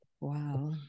Wow